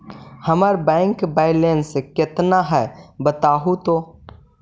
हमर bank balance केतना है बताहु तो?